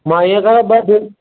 मां ईअं करां ॿ डि